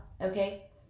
Okay